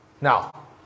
Now